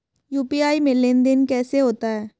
UPI में लेनदेन कैसे होता है?